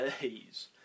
days